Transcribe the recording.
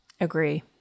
Agree